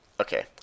Okay